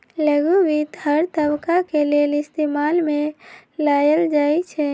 लघु वित्त हर तबका के लेल इस्तेमाल में लाएल जाई छई